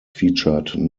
featured